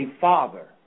father